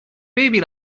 baby